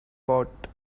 pot